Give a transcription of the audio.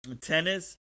Tennis